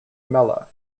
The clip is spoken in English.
mella